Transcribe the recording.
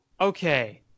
Okay